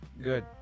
Good